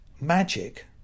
magic